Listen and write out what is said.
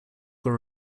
were